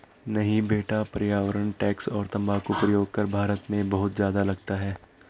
नहीं बेटा पर्यावरण टैक्स और तंबाकू प्रयोग कर भारत में बहुत ज्यादा लगता है